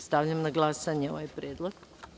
Stavljam na glasanje ovaj predlog.